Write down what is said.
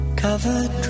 covered